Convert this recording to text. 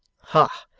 ha!